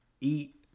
Eat